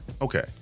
okay